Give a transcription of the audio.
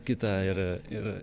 kitą ir ir